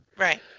Right